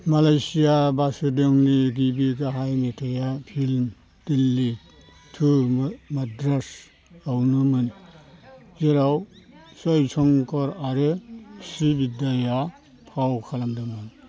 मालेसिया वासुदेबननि गिबि गाहाय मेथाया फिल्म 'दिल्ली टु मद्रास' आवनोमोन जेराव जयशंकर आरो श्रीविद्याया फाव खालामदोंमोन